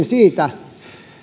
siitä